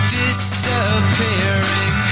disappearing